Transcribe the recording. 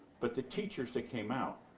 but the teachers that came out.